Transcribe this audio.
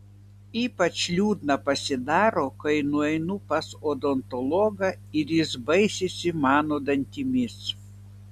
ypač liūdna pasidaro kai nueinu pas odontologą ir jis baisisi mano dantimis